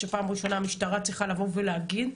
אני חושבת שפעם ראשונה המשטרה צריכה לבוא ולהגיד.